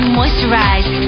moisturize